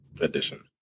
edition